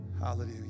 Hallelujah